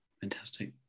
Fantastic